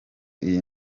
iyi